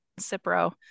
Cipro